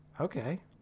Okay